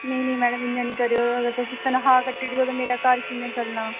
नेईं नेईं मैडम इ'यां नीं करेओ तुस तनखा कट्टी ओड़गे ते मेरा घर कियां चलना